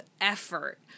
effort